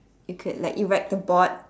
you could like erect the board